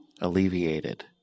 alleviated